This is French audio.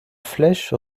flèche